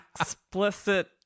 explicit